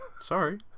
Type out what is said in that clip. Sorry